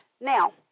Now